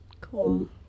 cool